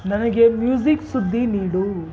ನನಗೆ ಮ್ಯೂಸಿಕ್ ಸುದ್ದಿ ನೀಡು